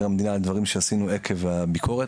המדינה על דברים שעשינו עקב הביקורת.